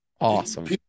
Awesome